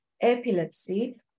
epilepsy